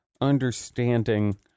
understanding